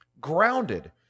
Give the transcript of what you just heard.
Grounded